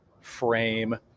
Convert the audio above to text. frame